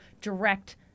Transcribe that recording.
direct